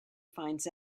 finds